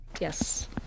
Yes